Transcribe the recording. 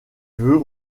vœux